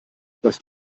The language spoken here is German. dass